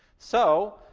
so.